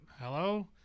hello